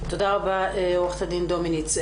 תודה רבה, עוה"ד דומיניץ.